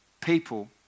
people